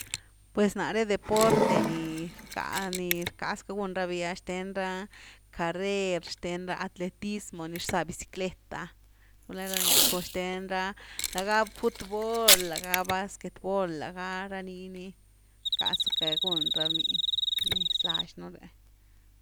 Pues nare deporte ni rca- ni rckasacka gun rabi, xthen ra carrer, xten ra atletismo ni rza biciclet’a gula ra ni cun xthen ra, lagá futbol, lagá básquet bol, laga ra nii ni rckazacka gun ra miny nez laxnú re.